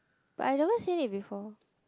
but I have never seen it before